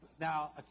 Now